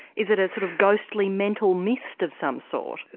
is it a sort of ghostly mental mist of some sort?